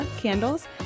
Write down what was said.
Candles